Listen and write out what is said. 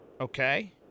Okay